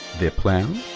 their plan,